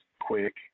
quick